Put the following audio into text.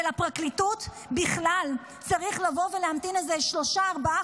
ולפרקליטות בכלל צריך לבוא ולהמתין איזה שלושה-ארבעה